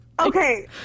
Okay